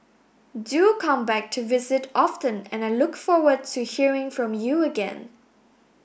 do come back to visit often and I look forward to hearing from you again